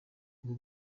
ubu